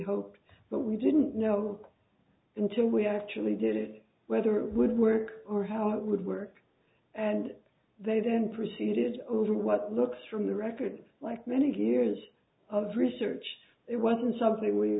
hoped but we didn't know until we actually did it whether it would work or how it would work and they then proceeded over what looks from the record like many years of research it wasn't something we were